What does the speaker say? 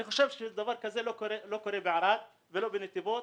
אני חושב שדבר כזה לא קורה לא בערד ולא בנתיבות